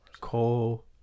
Cole